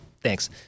thanks